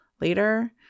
later